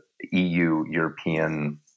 EU-European